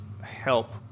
help